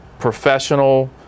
professional